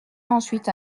ensuite